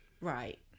Right